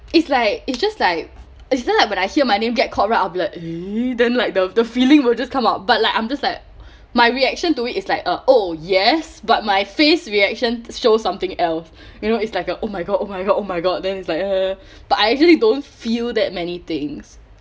it's like it's just like it's just like when I hear my name get called right I'll be like eh then like the the feeling will just come out but like I'm just like my reaction to it is like uh oh yes but my face reaction show something else you know it's like a oh my god oh my god oh my god then it's like but I usually don't feel that many things